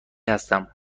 هستم